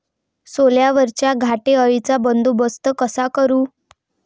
सोल्यावरच्या घाटे अळीचा बंदोबस्त कसा करू?